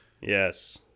yes